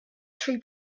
three